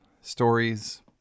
stories